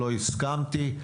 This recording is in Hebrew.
לא הסכמתי.